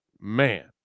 Man